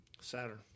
Saturn